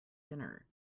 dinner